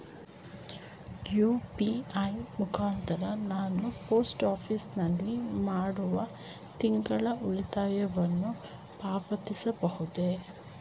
UPI ಮುಖಾಂತರ ನಾನು post office ನಲ್ಲಿ ಮಾಡುವ ತಿಂಗಳ ಉಳಿತಾಯವನ್ನು ಪಾವತಿಸಬಹುದೇ?